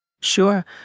Sure